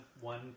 one